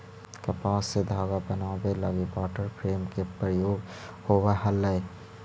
कपास से धागा बनावे लगी वाटर फ्रेम के प्रयोग होवऽ हलई